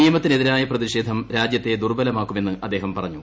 നിയമത്തിനെതിരായ പ്രതിഷേധം രാജ്യത്തെ ദുർബലമാക്കുമെന്ന് അദ്ദേഹം പറഞ്ഞു